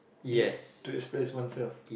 yes to express one's self